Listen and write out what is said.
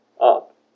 up